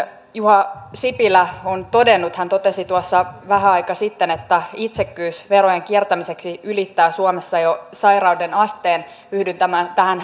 juha sipilä on todennut hän totesi tuossa vähän aikaa sitten että itsekkyys verojen kiertämiseksi ylittää suomessa jo sairauden asteen yhdyn tähän